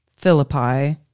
Philippi